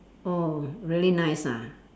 oh really nice ah